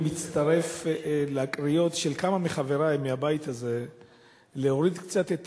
אני מצטרף לקריאות של כמה מחברי מהבית הזה להוריד קצת את